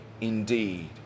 indeed